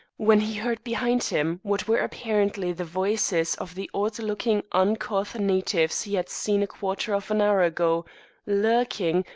when he heard behind him what were apparently the voices of the odd-looking uncouth natives he had seen a quarter of an hour ago lurking,